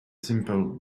simple